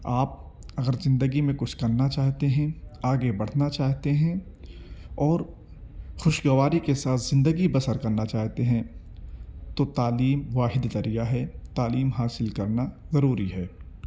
آپ اگر زندگی میں کچھ کرنا چاہتے ہیں آگے بڑھنا چاہتے ہیں اور خوشگواری کے ساتھ زندگی بسر کرنا چاہتے ہیں تو تعلیم واحد ذریعہ ہے تعلیم حاصل کرنا ضروری ہے